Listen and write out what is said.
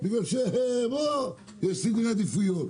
כי יש סדרי עדיפויות.